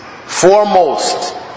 foremost